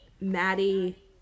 Maddie